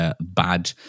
bad